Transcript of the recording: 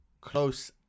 close